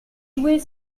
jouer